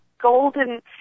golden